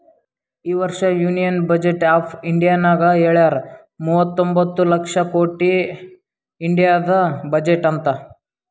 ಈ ವರ್ಷ union budget of ಇಂಡಿಯಾನಾಗ್ ಹೆಳ್ಯಾರ್ ಮೂವತೊಂಬತ್ತ ಲಕ್ಷ ಕೊಟ್ಟಿ ಇಂಡಿಯಾದು ಬಜೆಟ್ ಅಂತ್